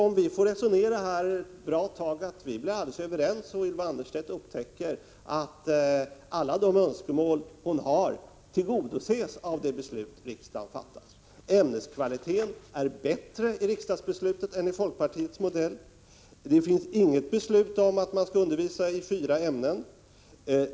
Om vi får resonera här ett tag till kanske Ylva Annerstedt upptäcker att alla de önskemål hon har tillgodoses av det beslut riksdagen fattat och vi blir alldeles överens. Ämneskvaliteten är bättre i riksdagsbeslutet än i folkpartiets modell. Det finns inget beslut om att man skall undervisa i fyra ämnen.